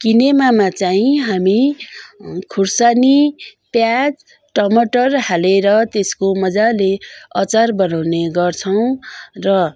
किनेमामा चाहिँ हामी खुर्सानी प्याज टमाटर हालेर त्यसको मजाले अचार बनाउने गर्छौँ र